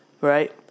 Right